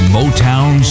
Motown